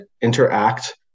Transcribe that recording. interact